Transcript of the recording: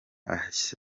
ashya